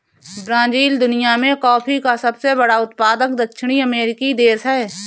Brazil दुनिया में coffee का सबसे बड़ा उत्पादक दक्षिणी अमेरिकी देश है